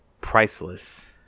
priceless